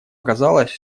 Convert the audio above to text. оказалось